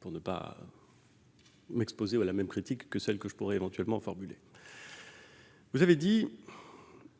pour ne pas m'exposer à la même critique que celle que je pourrais éventuellement formuler. Vous avez dit,